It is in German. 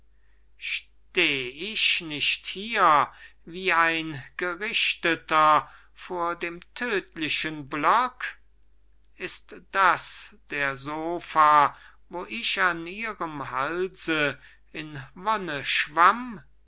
steh ich nicht hier wie ein gerichteter vor dem tödlichen block ist das der sopha wo ich an ihrem halse in wonne schwamm